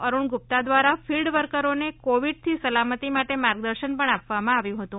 અરુણ ગુપ્તા દ્વારા ફિલ્ડ વર્કરોને કોવિડથી સલામતી માટે માર્ગદર્શન પણ આપવામાં આવ્યું હતું